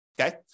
okay